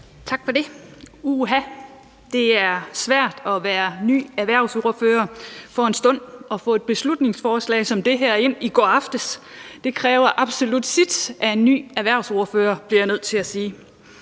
Tak for det. Uha, det er svært at være ny erhvervsordfører for en stund og få et beslutningsforslag som det her ind i går aftes. Det kræver absolut sit af en ny erhvervsordfører, bliver jeg nødt til at sige.